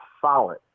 solid